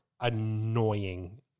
annoying